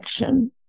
action